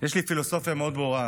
יש לי פילוסופיה מאוד ברורה,